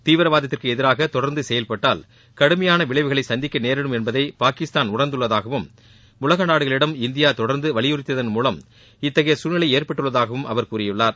தீவிரவாதத்திற்கு எதிராக தொடர்ந்து செயல்பட்டால் கடுமையான விளைவுகளை சந்திக்க நேரிடும் என்பதை பாகிஸ்தான் உணர்ந்துள்ளதாகவும் உலக நாடுகளிடம் இந்தியா தொடர்ந்து வலியுறுத்தியதன் மூலம் இத்தகைய சூழ்நிலை ஏற்பட்டுள்ளதாகவும் அவர் கூறியுள்ளார்